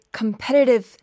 competitive